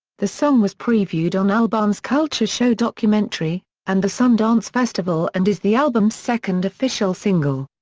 the song was previewed on albarn's culture show documentary, and the sundance festival and is the album's second official single.